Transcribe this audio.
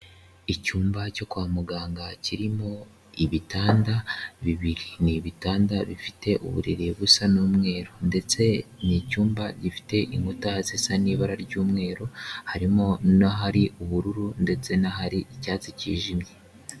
Icyumba cyo kwa muganga kirimo ibitanda bibiri, ni ibitanda bifite uburiri busa n'umweru ndetse ni icyumba gifite inkuta zisa n'ibara ry'umweru harimo n'ahari ubururu ndetse n'ahari icyatsi cyijimye.